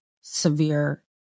severe